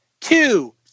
two